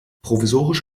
provisorisch